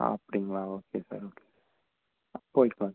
அப்படிங்களா okay sir okay okay பாருங்க